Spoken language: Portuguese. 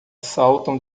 saltam